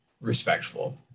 respectful